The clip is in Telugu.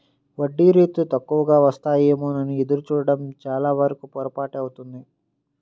వడ్డీ రేటు తక్కువకు వస్తాయేమోనని ఎదురు చూడడం చాలావరకు పొరపాటే అవుతుంది